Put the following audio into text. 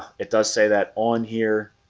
it does say that on here